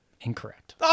Incorrect